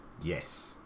Yes